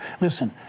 listen